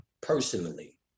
personally